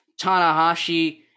Tanahashi